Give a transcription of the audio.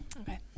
Okay